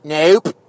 Nope